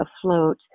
afloat